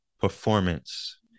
performance